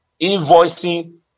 invoicing